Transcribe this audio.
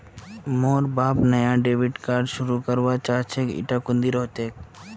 मोर बाप नाया डेबिट कार्ड शुरू करवा चाहछेक इटा कुंदीर हतेक